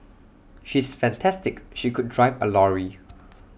she is fantastic she could drive A lorry